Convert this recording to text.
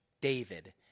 david